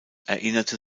erinnerte